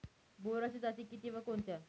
बोराच्या जाती किती व कोणत्या?